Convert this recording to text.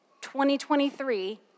2023